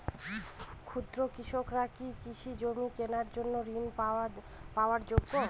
ক্ষুদ্র কৃষকরা কি কৃষি জমি কেনার জন্য ঋণ পাওয়ার যোগ্য?